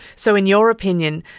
so in your opinion,